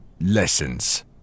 lessons